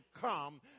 come